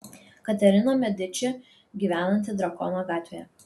katerina mediči gyvenanti drakono gatvėje